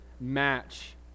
match